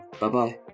bye-bye